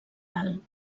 alt